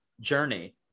journey